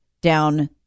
down